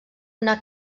una